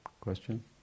question